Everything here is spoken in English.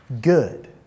good